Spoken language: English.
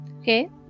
okay